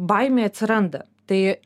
baimė atsiranda tai